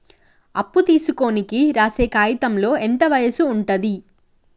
అప్పు తీసుకోనికి రాసే కాయితంలో ఎంత వయసు ఉంటది?